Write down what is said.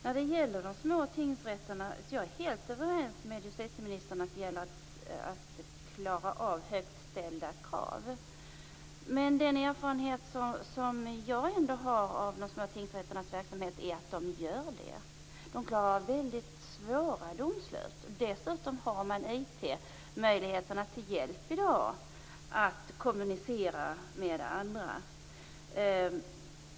När det gäller de små tingsrätterna är jag helt överens med justitieministern om att det gäller att klara av högt ställda krav. Men den erfarenhet som jag har av de små tingsrätternas verksamhet är att det gör det. De klarar av väldigt svåra domslut. Dessutom har de IT-möjligheterna till hjälp i dag för att kommunicera med andra.